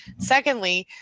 secondly,